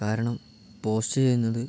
കാരണം പോസ്റ്റ് ചെയ്യുന്നത്